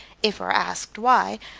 if we're asked why,